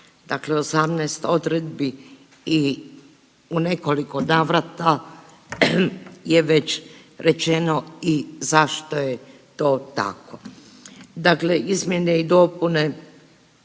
dakle 18 odredbi i u nekoliko navrata je već rečeno i zašto je to tako. Dakle, izmjene i dopune